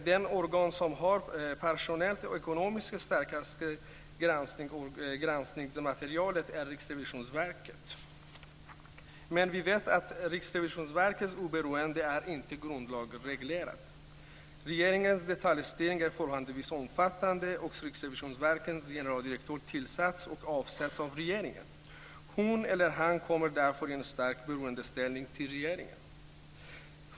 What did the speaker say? Det organ som har det personellt och ekonomiskt starkaste granskningsmaterialet är Riksrevisionsverket. Men vi vet att Riksrevisionsverkets oberoende inte är grundlagsreglerat. Regeringens detaljstyrning är förhållandevis omfattande. Riksrevisionsverkets generaldirektör tillsätts och avsätts av regeringen. Hon eller han kommer därför i en stark beroendeställning till regeringen. Herr talman!